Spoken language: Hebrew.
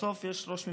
בסוף יש ראש ממשלה,